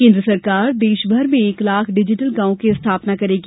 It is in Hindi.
केन्द्र सरकार देशभर में एक लाख डिजीटल गांवों की स्थापना करेगी